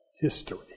history